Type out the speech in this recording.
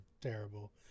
terrible